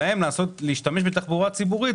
ולהם להשתמש בתחבורה ציבורית,